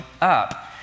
up